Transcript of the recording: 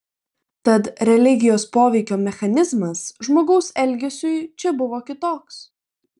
tad religijos poveikio mechanizmas žmogaus elgesiui čia buvo kitoks